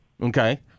Okay